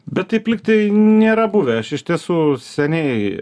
bet taip lyg tai nėra buvę aš iš tiesų seniai